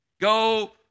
Go